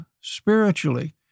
spiritually